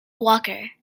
walker